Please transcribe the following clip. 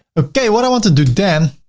okay. what i want to do then,